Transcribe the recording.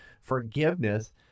forgiveness